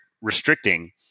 restricting